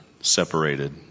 separated